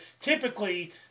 typically